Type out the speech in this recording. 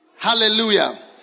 Hallelujah